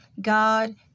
God